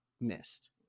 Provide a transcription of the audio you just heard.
missed